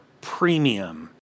premium